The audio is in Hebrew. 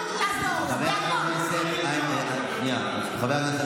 בגלל שאין מדינה, יש מדינה